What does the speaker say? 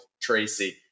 tracy